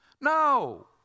No